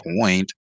point